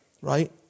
right